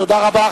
תודה רבה.